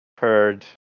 Heard